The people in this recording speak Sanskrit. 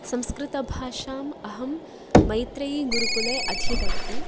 संस्कृतभाषाम् अहं मैत्रियीगुरुकुले अधीतवती